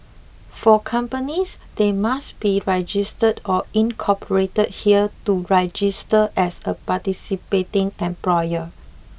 for companies they must be registered or incorporated here to register as a participating employer